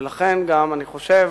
ולכן גם אני חושב